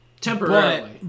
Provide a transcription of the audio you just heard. temporarily